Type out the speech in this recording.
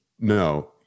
no